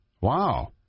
wow